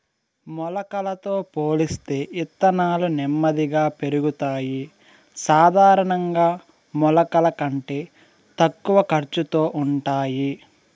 మొలకలతో పోలిస్తే ఇత్తనాలు నెమ్మదిగా పెరుగుతాయి, సాధారణంగా మొలకల కంటే తక్కువ ఖర్చుతో ఉంటాయి